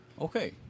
Okay